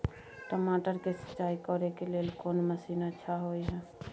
टमाटर के सिंचाई करे के लेल कोन मसीन अच्छा होय है